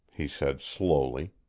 he said slowly,